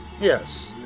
Yes